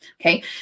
okay